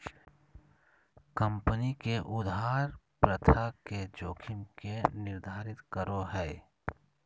company के उधार प्रथा के जोखिम के निर्धारित करो हइ